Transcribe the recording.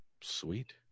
Sweet